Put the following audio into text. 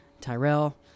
tyrell